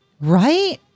Right